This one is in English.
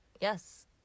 Yes